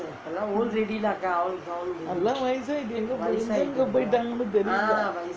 எல்லாம் வயசாயிட்டு எங்கங்கே போயிட்டாங்கே தெரிலே:ellam vayasaayittu engangae poyittangae therilae